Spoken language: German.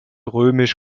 römisch